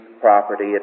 property